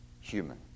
human